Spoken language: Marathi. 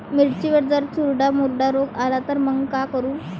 मिर्चीवर जर चुर्डा मुर्डा रोग आला त मंग का करू?